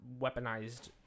weaponized